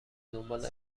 دنبال